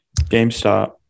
GameStop